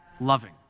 loving